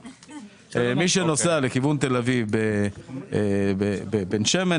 מי שנוסע לכיוון תל אביב ליד בן שמן,